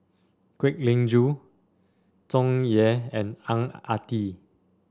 Kwek Leng Joo Tsung Yeh and Ang Ah Tee